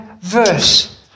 verse